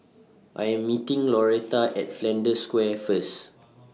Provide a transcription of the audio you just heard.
I Am meeting Loretta At Flanders Square First